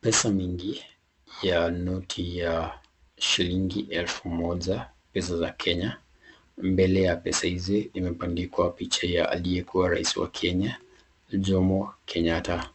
Pesa mingi ya noti ya shillingi elfu moja , pesa za Kenya. Mbele ya pesa hizi imebandikwa picha ya aliyekuwa rais wa Kenya ,Jomo Kenyatta.